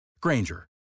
Granger